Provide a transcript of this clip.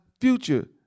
future